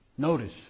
Notice